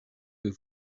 who